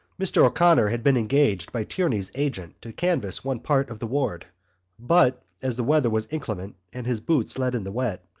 mr. o'connor had been engaged by tierney's agent to canvass one part of the ward but, as the weather was inclement and his boots let in the wet,